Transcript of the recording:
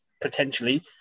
potentially